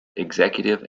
executive